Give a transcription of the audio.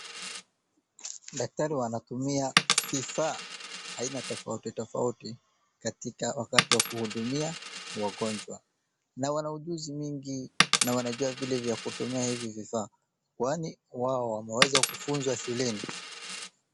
Daktari wanatumia vifaa aina tofautitofauti katika wakati wa kuhudumia wagonjwa. Na wana ujuzi mingi na wanajua vile vya kutumia hivi vifaa kwani wao wameweza kufunzwa shuleni.